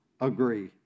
agree